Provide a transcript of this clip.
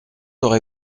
aurez